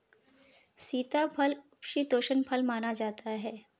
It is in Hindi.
सीताफल उपशीतोष्ण फल माना जाता है